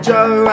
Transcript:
Joe